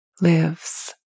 lives